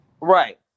Right